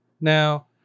Now